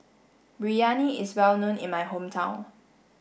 Biryani is well known in my hometown